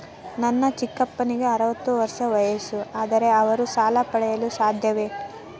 ನನ್ನ ಚಿಕ್ಕಪ್ಪನಿಗೆ ಅರವತ್ತು ವರ್ಷ ವಯಸ್ಸು, ಆದರೆ ಅವರು ಸಾಲ ಪಡೆಯಲು ಸಾಧ್ಯವೇ?